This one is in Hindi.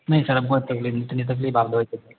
नहीं सर अब बहुत तकलीफ़ इतनी तकलीफ़ आप सर